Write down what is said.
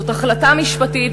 זאת החלטה משפטית,